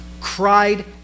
cried